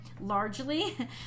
largely